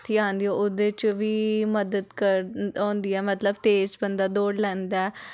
आंदियां औह्दे च बी मदद करदी होंदी ऐ मतलब कि तेज बंदा दौड़ी लैंदा ऐ